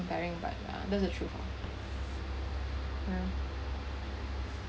comparing but yeah that's the truth lah yeah